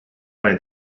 mijn